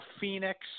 Phoenix